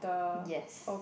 yes